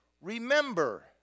Remember